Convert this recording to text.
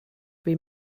wie